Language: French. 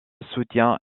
soutient